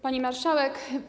Pani Marszałek!